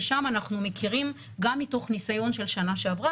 ששם אנחנו מכירים גם מתוך ניסיון של שנה שעברה